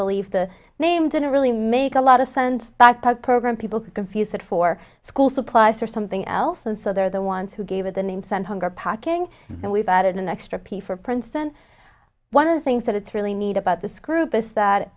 believe the name didn't really make a lot of sense backpack program people confuse it for school supplies or something else and so they're the ones who gave it the name sent her packing and we've added an extra p for princeton one of the things that it's really neat about this group us that